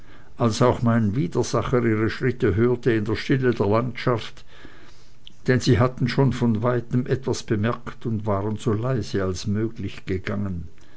als auch mein widersacher ihre schritte hörte in der stille der landschaft denn sie hatten schon von weitem etwas bemerkt und waren so leise als möglich gegangen